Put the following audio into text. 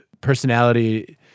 personality